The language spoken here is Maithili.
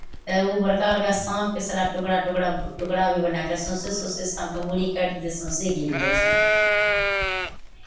तऽ ओ बड़का बड़का साँपकेँ सारा टुकड़ा टुकड़ा टुकड़ा भी बनाए कऽ सौँसै सौँसै साँपकेँ मूरी काटि कऽ सौँसै गीर जाइ छै